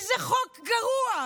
איזה חוק גרוע.